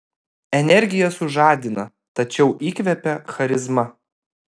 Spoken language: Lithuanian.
energija sužadina tačiau įkvepia charizma